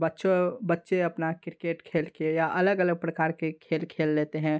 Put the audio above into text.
बच्चों बच्चे अपना क्रिकेट खेल के या अलग अलग प्रकार के खेल खेल लेते हैं